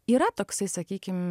yra toksai sakykim